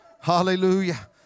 Hallelujah